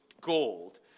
gold